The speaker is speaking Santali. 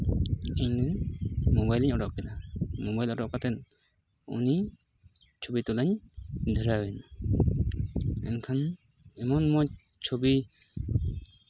ᱤᱧ ᱢᱳᱵᱟᱭᱤᱞ ᱤᱧ ᱩᱰᱩᱠ ᱠᱮᱫᱟ ᱢᱳᱵᱟᱭᱤᱞ ᱩᱰᱩᱠ ᱠᱟᱛᱮᱫ ᱩᱱᱤ ᱪᱷᱚᱵᱤ ᱛᱩᱞᱟᱹᱣᱤᱧ ᱫᱷᱩᱨᱟᱹᱣᱮᱱᱟ ᱢᱮᱱᱠᱷᱟᱱ ᱮᱢᱚᱱ ᱢᱚᱡᱽ ᱪᱷᱚᱵᱤ